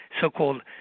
so-called